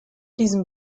diesem